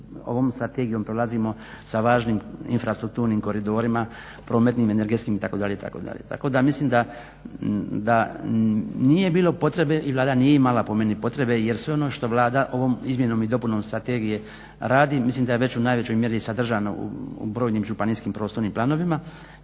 ovom strategijom prolazimo sa važnim infrastrukturnim koridorima, prometnim, energetskim itd., itd. Tako da mislim da nije bilo potrebe i Vlada nije imala po meni potrebe jer sve ono što Vlada ovom izmjenom i dopunom strategije radi mislim da je već u najvećoj mjeri sadržano u brojnim županijskim prostornim planovima